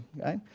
okay